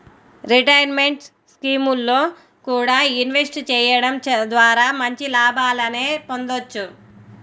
retirement స్కీముల్లో కూడా invest చెయ్యడం ద్వారా మంచి లాభాలనే పొందొచ్చు